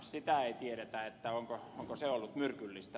sitä ei tiedetä onko se ollut myrkyllistä